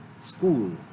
school